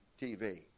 TV